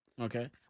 Okay